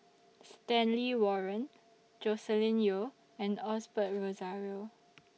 Stanley Warren Joscelin Yeo and Osbert Rozario